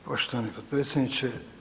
Poštovani potpredsjedniče.